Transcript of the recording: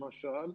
למשל,